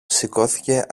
σηκώθηκε